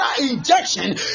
injection